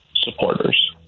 supporters